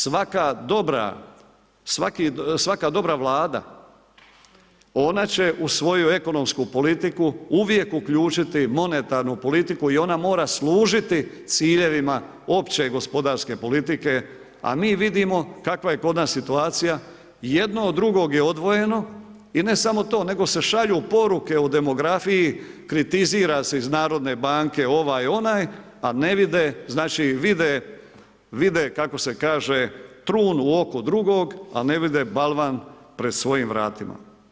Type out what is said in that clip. Svaka dobra vlada, ona će u svoju ekonomsku politiku uvijek uključiti monetarnu politiku i ona mora služiti ciljevima opće gospodarske politike, a mi vidimo kakva je kod nas situacija, jedno od drugog je odvojeno i ne samo to, nego se šalju poruke o demografiji, kritizira se iz Narodne banke ovaj, onaj, a ne vide, znači vide kako se kaže, trun u oku drugog, a ne vide balvan pred svojim vratima.